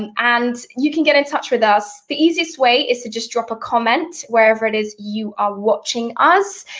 and and you can get in touch with us. the easiest way is to just drop a comment, wherever it is you are watching us.